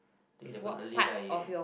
think definitely like